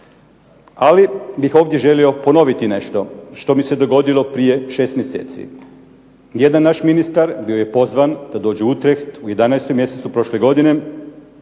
ali bih ovdje želio ponoviti nešto što mi se dogodilo prije šest mjeseci. Jedan naš ministar bio je pozvan da dođe ... u 11. mjesecu prošle godine